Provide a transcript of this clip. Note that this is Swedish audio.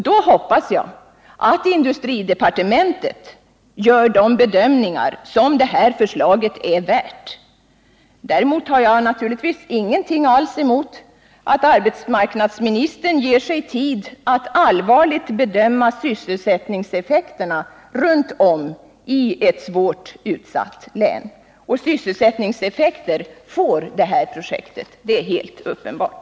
Då hoppas jag att industridepartementet gör de bedömningar som förslaget är värt. Däremot har jag naturligtvis ingenting emot att arbetsmarknadsministern ger sig tid att allvarligt bedöma sysselsättningseffekterna runt om i ett svårt utsatt län. Sysselsättningseffekter får det här projektet — det är alldeles uppenbart.